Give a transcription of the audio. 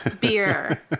beer